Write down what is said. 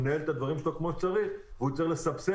והוא מנהל את הדברים שלו כמו שצריך והוא צריך לסבסד